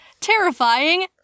terrifying